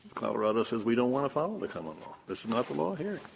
colorado says we don't want to follow the common law. this is not the law here.